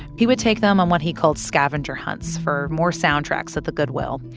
he would take them on what he called scavenger hunts for more soundtracks at the goodwill.